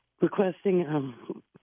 requesting